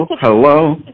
Hello